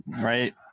right